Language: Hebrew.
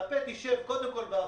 ה- PET-CTישב קודם כל בעפולה,